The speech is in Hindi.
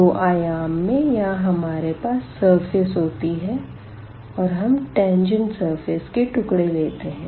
दो आयाम में यहाँ हमारे पास सरफेस होती है और हम टेंजेंट सरफेस के टुकड़े लेते है